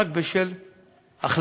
רק בשל החלטתו